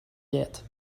yet